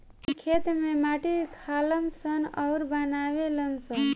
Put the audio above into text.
इ खेत में माटी खालऽ सन अउरऊ बनावे लऽ सन